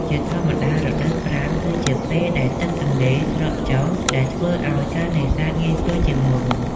ជាធម្មតា រដូវប្រាំងគឺជាពេលដែលទឹកទន្លេស្រកចុះ ដែលធ្វើឱ្យការនេសាទងាយស្រួលជាងមុន។